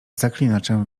zaklinaczem